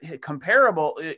comparable